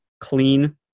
clean